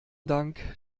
dank